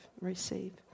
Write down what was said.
receive